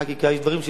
יש דברים שאפשר גם,